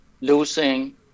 losing